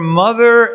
mother